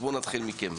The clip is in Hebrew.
בואו נתחיל מכם.